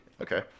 Okay